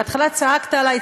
בהתחלה צעקת עלי,